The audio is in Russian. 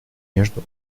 между